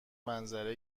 منظره